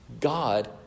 God